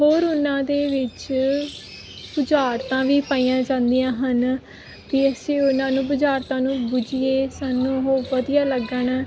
ਹੋਰ ਉਹਨਾਂ ਦੇ ਵਿੱਚ ਬੁਝਾਰਤਾਂ ਵੀ ਪਾਈਆਂ ਜਾਂਦੀਆਂ ਹਨ ਕਿ ਅਸੀਂ ਉਹਨਾਂ ਨੂੰ ਬੁਝਾਰਤਾਂ ਨੂੰ ਬੁੱਝੀਏ ਸਾਨੂੰ ਉਹ ਵਧੀਆ ਲੱਗਣ